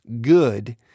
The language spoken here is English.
good